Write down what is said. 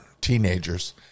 teenagers